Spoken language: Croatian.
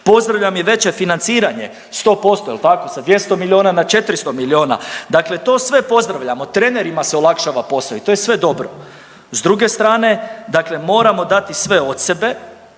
Pozdravljam i veće financiranje, 100% jel tako, sa 200 miliona na 400 miliona, dakle to sve pozdravljamo, trenerima se olakšava posao i to je sve dobro. S druge strane dakle moramo dati sve od sebe